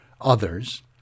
others